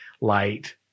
light